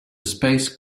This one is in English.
space